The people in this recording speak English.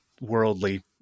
worldly